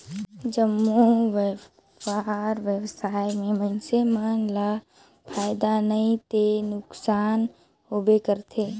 जम्मो बयपार बेवसाय में मइनसे मन ल फायदा नइ ते नुकसानी होबे करथे